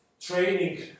training